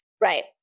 Right